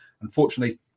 Unfortunately